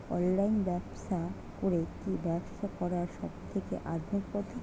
Online ব্যবসা করে কি ব্যবসা করার সবথেকে আধুনিক পদ্ধতি?